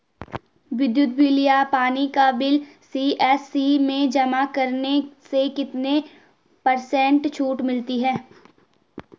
विद्युत बिल या पानी का बिल सी.एस.सी में जमा करने से कितने पर्सेंट छूट मिलती है?